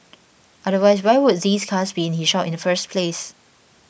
otherwise why would these cars be in his shop in the first place